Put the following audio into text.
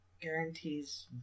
guarantees